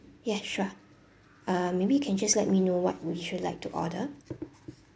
yeah sure uh maybe can just let me know what would you like to order